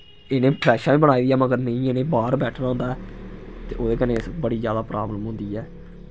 इ'नें फ्लैशां बी बनाई दियां मगर नेईं इ'नें बाह्र बैठना होंदा ऐ ते उ'दे कन्नै बड़ी ज्यादा प्राब्लम होंदी ऐ